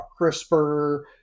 CRISPR